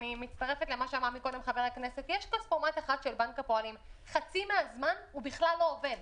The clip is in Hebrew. ויש כספומט אחד של בנק הפועלים וחצי מהזמן הוא בכלל לא עובד,